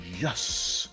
Yes